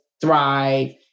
thrive